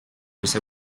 puisse